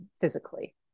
physically